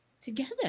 together